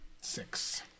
six